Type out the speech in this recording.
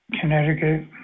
Connecticut